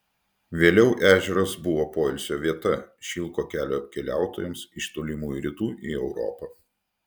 vėliau ežeras buvo poilsio vieta šilko kelio keliautojams iš tolimųjų rytų į europą